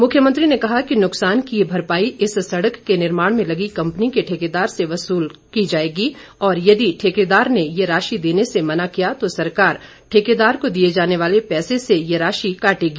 मुख्यमंत्री ने कहा कि नुकसान की ये भरपाई इस सड़क के निर्माण में लगी कंपनी के ठेकेदार से वसूली जाएगी और यदि ठेकेदार ने ये राशि देने से मना किया तो सरकार ठेकेदार को दिए जाने वाले पैसे से ये राशि काटेगी